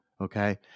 Okay